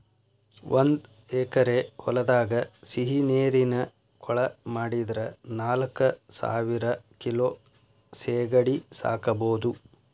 ಒಂದ್ ಎಕರೆ ಹೊಲದಾಗ ಸಿಹಿನೇರಿನ ಕೊಳ ಮಾಡಿದ್ರ ನಾಲ್ಕಸಾವಿರ ಕಿಲೋ ಸೇಗಡಿ ಸಾಕಬೋದು